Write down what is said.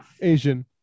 Asian